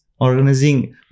organizing